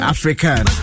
African